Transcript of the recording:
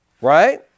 Right